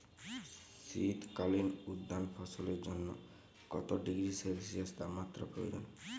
শীত কালীন উদ্যান ফসলের জন্য কত ডিগ্রী সেলসিয়াস তাপমাত্রা প্রয়োজন?